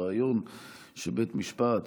שהרעיון שבית משפט